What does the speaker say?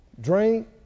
drink